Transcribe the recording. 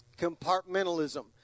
compartmentalism